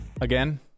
again